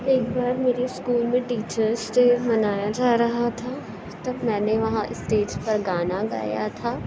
ایک بار میرے اسکول میں ٹیچرس ڈے منایا جا رہا تھا تب میں نے وہاں اسٹیج پر گانا گایا تھا